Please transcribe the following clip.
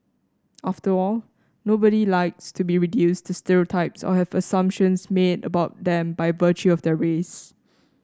after all nobody likes to be reduced to stereotypes or have assumptions made about them by virtue of their race